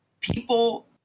people